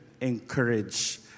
encourage